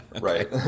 right